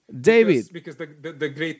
David